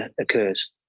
occurs